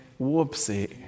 whoopsie